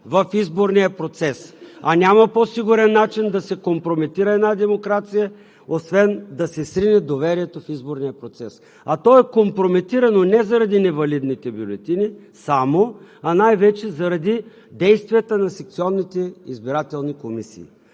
в изборния процес, а няма по-сигурен начин да се компрометира една демокрация, освен да се срине доверието в изборния процес. А то е компрометирано не заради невалидните бюлетини само, а най-вече заради действията на секционните избирателни комисии.